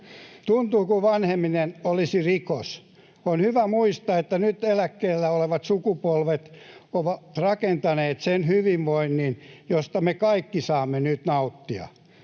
Tuntuu kuin vanheneminen olisi rikos. On hyvä muistaa, että nyt eläkkeellä olevat sukupolvet ovat rakentaneet sen hyvinvoinnin, josta me kaikki saamme nyt nauttia.